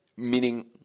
Meaning